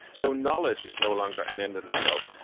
so knowledge is no longer an end in itself,